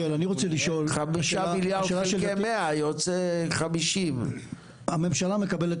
5 מיליארד חלקי 100 יוצא 50. הממשלה מקבלת